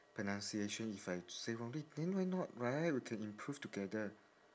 pronunciation if I say wrongly then why not right we can improve together